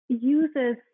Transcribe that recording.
uses